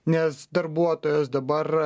nes darbuotojas dabar